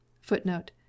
Footnote